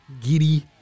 Giddy